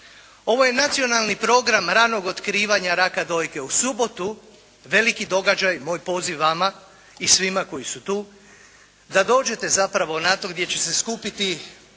Ovo je Nacionalni program ranog otkrivanja raka dojke u subotu. Veliki događaj. Moj poziv vama i svima koji su tu da dođete zapravo na to gdje će se skupiti